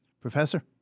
Professor